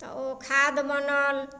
तऽ ओ खाद बनल